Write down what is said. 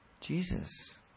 Jesus